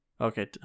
okay